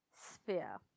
sphere